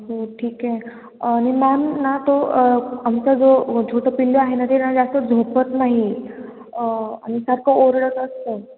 हो ठीक आहे आणि मॅम ना तो आमचा जो छोटं पिल्लू आहे ना ते ना जास्त झोपत नाही आणि सारखं ओरडत असतं